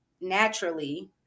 naturally